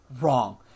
Wrong